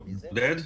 היימן,